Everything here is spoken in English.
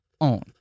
own